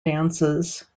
dances